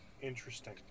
interesting